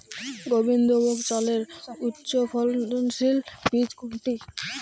গোবিন্দভোগ চালের উচ্চফলনশীল বীজ কোনটি?